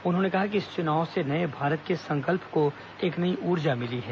उन्होंने कहा कि इस चुनाव से नए भारत के संकल्प को एक नई ऊर्जा मिली है